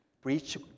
preach